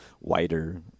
wider